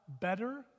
better